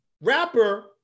Rapper